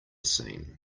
seen